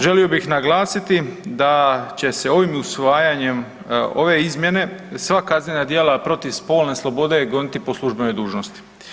Želio bih naglasiti da će se ovim usvajanjem ove izmjene sva kaznena djela protiv spolne slobode goniti po službenoj dužnosti.